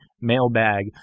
mailbag